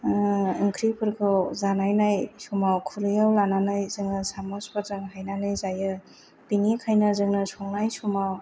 ओंख्रिफोरखौ जानायनाय समाव खुरियाव लानानै जोङो सामजफोरजों हायनानै जायो बेनिखायनो जोङो संनाय समाव